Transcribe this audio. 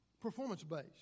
performance-based